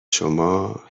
شما